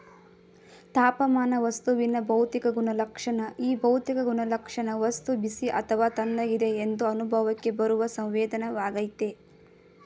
ತಾಪಮಾನ ವಸ್ತುವಿನ ಭೌತಿಕ ಗುಣಲಕ್ಷಣ ಈ ಭೌತಿಕ ಗುಣಲಕ್ಷಣ ವಸ್ತು ಬಿಸಿ ಅಥವಾ ತಣ್ಣಗಿದೆ ಎಂದು ಅನುಭವಕ್ಕೆ ಬರುವ ಸಂವೇದನೆಯಾಗಯ್ತೆ